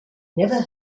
never